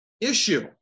issue